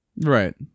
right